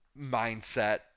mindset